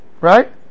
right